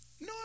No